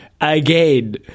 again